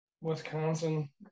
Wisconsin